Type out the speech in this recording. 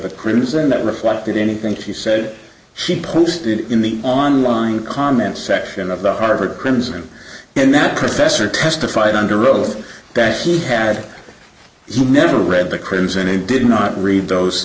the criticism that reflected anything she said she posted in the online comments section of the harvard crimson and that professor testified under oath that he had never read the crimson and did not read those